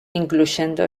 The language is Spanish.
incluyendo